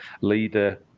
Leader